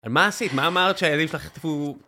על מה עשית? מה אמרת שהילדים שלך חטפו?